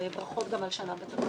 וברכות גם על שנה בתפקיד.